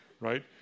right